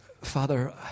Father